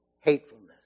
hatefulness